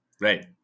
Right